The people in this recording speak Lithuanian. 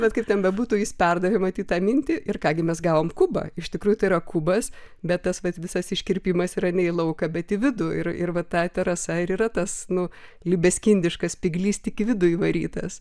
bet kaip ten bebūtų jis perdavė matyt tą mintį ir ką gi mes gavom kubą iš tikrųjų tai yra kubas bet tas vat visas iškirpimas yra ne į lauką bet į vidų ir ir va ta terasa ir yra tas nu libeskindiškas spyglys tik į vidų įvarytas